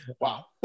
Wow